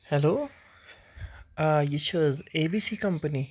hello یہِ چھِ حظ اے بی سی کَمپٔنی